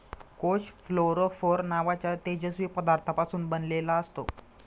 कोष फ्लोरोफोर नावाच्या तेजस्वी पदार्थापासून बनलेला असतो